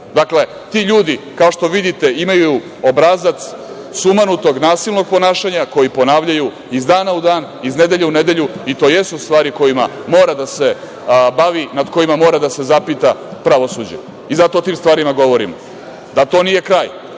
Dakle, ti ljudi kao što vidite imaju obrazac sumanutog, nasilnog ponašanja koji ponavljaju iz dana u dan, iz nedelje u nedelju i to jesu stvari kojima mora da se bavi, nad kojima mora da se zapita pravosuđe. Zato o tim stvarima govorimo. Da to nije kraj,